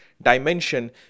dimension